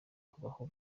kubaho